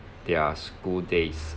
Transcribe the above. their school days